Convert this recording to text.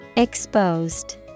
Exposed